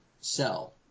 sell